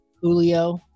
Julio